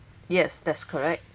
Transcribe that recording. yes that's correct